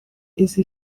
izi